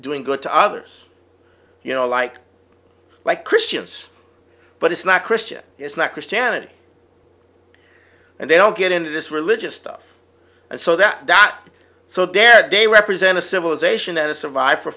doing good to others you know like like christians but it's not christian it's not christianity and they don't get into this religious stuff and so that so their day represent a civilization that has survived for